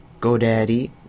GoDaddy